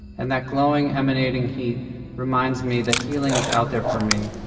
and that glowing, emanating heat reminds me that healing is out there for me,